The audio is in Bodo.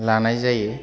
लानाय जायो